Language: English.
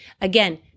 Again